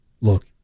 look